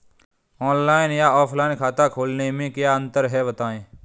Online या offline खाता खोलने में क्या अंतर है बताएँ?